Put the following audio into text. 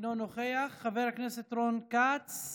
אינו נוכח, חבר הכנסת רון כץ,